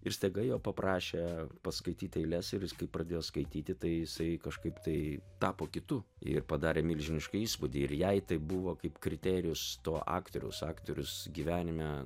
ir staiga jo paprašė paskaityti eiles ir kai pradėjo skaityti tai jisai kažkaip tai tapo kitu ir padarė milžinišką įspūdį ir jai tai buvo kaip kriterijus to aktoriaus aktorius gyvenime